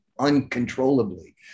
uncontrollably